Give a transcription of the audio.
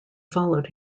followed